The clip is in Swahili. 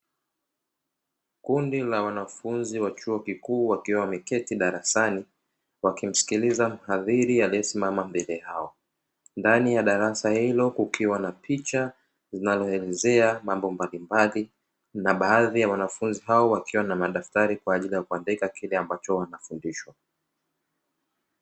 Kundi la wanafunzi wa chuo kikuu wakiwa wameketi darasani wakimsikiliza hadhiri amesimama mbele yao, ndani ya darasa hilo kukiwa na picha inayoelezea mambo mbalimbali, na baadhi ya wanafunzi hao wakiwa na madaftari kwa ajili ya kuandika kile ambacho wanafundishwa.